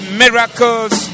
miracles